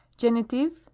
genitive